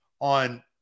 on